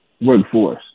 workforce